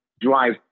drive